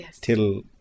till